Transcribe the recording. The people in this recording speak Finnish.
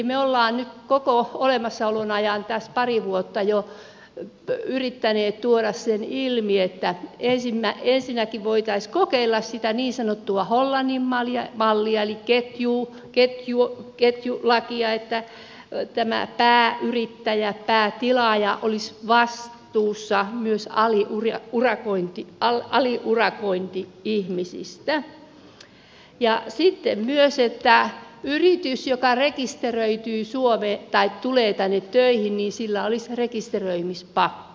me olemme nyt koko olemassaolon ajan tässä pari vuotta jo yrittäneet tuoda sen ilmi että ensinnäkin voitaisiin kokeilla sitä niin sanottua hollannin mallia eli ketjulakia että pääyrittäjä päätilaaja olisi vastuussa myös aliurakointi ihmisistä ja sitten myös että yrityksellä joka tulee tänne töihin olisi rekisteröimispakko